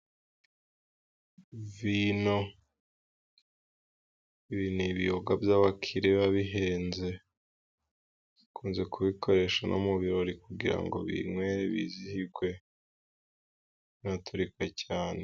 Vino ibi ni ibiyoga by'abakire biba bihenze, bakunze kubikoresha no mu birori , kugira ngo binywere bizihirwe hanaturika cyane.